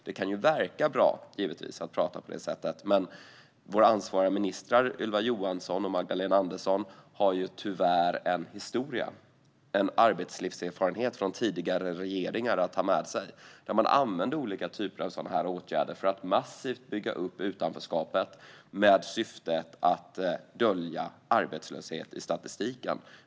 Det kan verka bra att prata på det sättet, men våra ansvariga ministrar, Ylva Johansson och Magdalena Andersson, har tyvärr en historia och arbetslivserfarenhet från tidigare regeringar att ta med sig. Där använde man olika typer att sådana åtgärder för att massivt bygga upp utanförskapet med syftet att dölja arbetslöshet i statistiken.